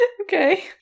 Okay